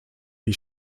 die